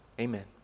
Amen